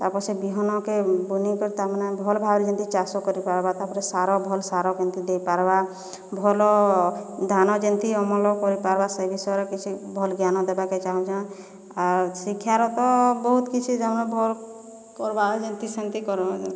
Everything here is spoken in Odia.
ତାପରେ ସେ ବିହନକେ ବଉଣୀକରି ତାମାନେ ଭଲ୍ ଭାବରେ ଯେନ୍ତି ଚାଷ କର୍ବା ତାପରେ ସାର ଭଲ୍ ସାର କେମିତି ଦେଇ ପାର ବା ଭଲ୍ ଧାନ ଯେନ୍ତି ଅମଲ କରି ପାର୍ବା ସେ ବିଷୟରେ କିଛି ଭଲ୍ ଜ୍ଞାନ ଦେବାକେ ଚାହୁଁଛେ ଆଉ ଶିକ୍ଷାର ତ ବହୁତ କିଛି କର୍ବା ଯେନ୍ତି ସେମିତି କର୍ବା